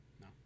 No